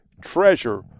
treasure